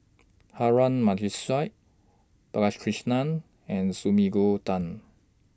Harun Aminurrashid Balakrishnan and Sumiko Tan